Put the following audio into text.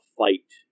fight